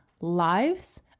lives